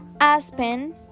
Aspen